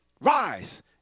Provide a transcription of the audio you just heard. Rise